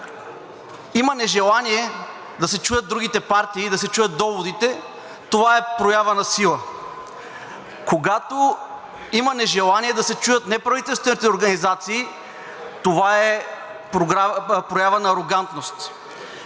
когато има нежелание да се чуят другите партии, да се чуят доводите, това е проява на сила. Когато има нежелание да се чуят неправителствените организации, това е проява на арогантност.